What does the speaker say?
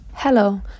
hello